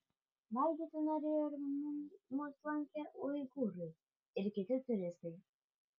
valgyti norėjo ir mus lenkę uigūrai ir kiti turistai